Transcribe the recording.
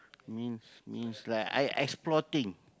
means means like I I explore thing